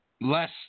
less